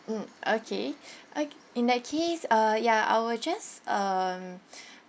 mm okay o~ in that case uh ya I will just um